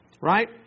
Right